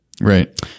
right